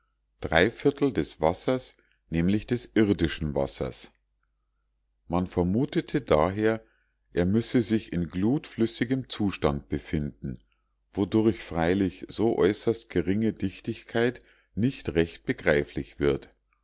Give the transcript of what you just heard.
des wassers nämlich des irdischen wassers man vermutete daher er müsse sich in glutflüssigem zustand befinden wodurch freilich so äußerst geringe dichtigkeit nicht recht begreiflich wird